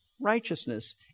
righteousness